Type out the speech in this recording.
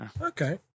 Okay